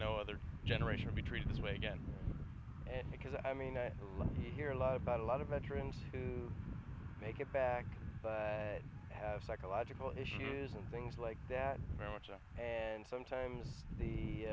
no other generation be treated this way again because i mean you hear a lot about a lot of veterans make it back but have psychological issues and things like that very much and sometimes